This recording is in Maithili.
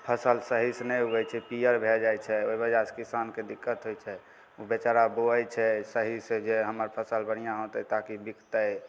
फसिल सहीसे नहि उगै छै पिअर भै जाइ छै ओहि वजहसे किसानके दिक्कत होइ छै बेचारा बौआइ छै सहीसे जे हमर फसिल बढ़िआँ होतै ताकि बिकतै